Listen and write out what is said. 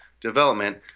development